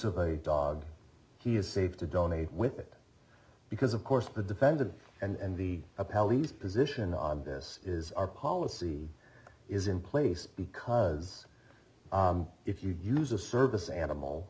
of a dog he is safe to donate with it because of course the defendant and the pallies position on this is our policy is in place because if you use a service animal